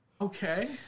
Okay